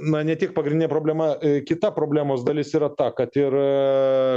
na ne tik pagrindinė problema i kita problemos dalis yra ta kad yra